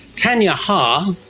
tanya ha,